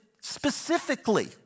specifically